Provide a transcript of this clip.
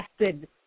acid